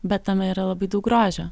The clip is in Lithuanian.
bet tame yra labai daug grožio